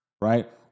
Right